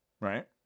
right